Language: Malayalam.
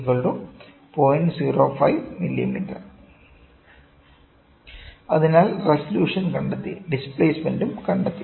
05 mm അതിനാൽ റെസൊല്യൂഷൻ കണ്ടെത്തി ഡിസ്പ്ലേസ്മെന്റ് ഉം കണ്ടെത്തി